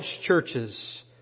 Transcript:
churches